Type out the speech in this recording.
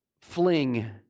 fling